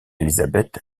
élisabeth